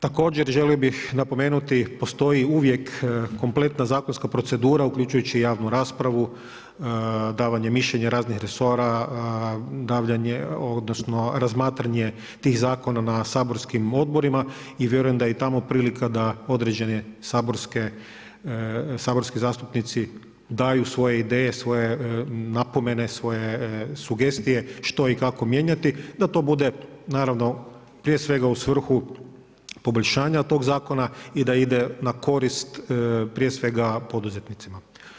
Također želio bih napomenuti postoji uvijek kompletna zakonska procedura uključujući i javnu raspravu, davanje mišljenja raznih resora, davanje odnosno razmatranje tih zakona na saborskim odborima i vjerujem da je i tamo prilika da određeni saborski zastupnici daju svoje ideje, svoje napomene, svoje sugestije što i kako mijenjati, da to bude naravno prije svega u svrhu poboljšanja tog zakona i da ide na korist prije svega poduzetnicima.